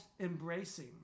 embracing